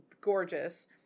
gorgeous